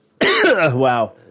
Wow